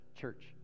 church